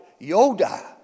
Yoda